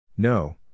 No